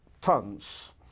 tons